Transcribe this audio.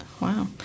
wow